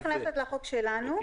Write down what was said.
היא לא נכנסת לחוק שלנו.